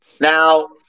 Now